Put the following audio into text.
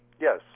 Yes